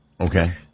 Okay